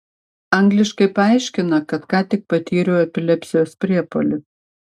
angliškai paaiškina kad ką tik patyriau epilepsijos priepuolį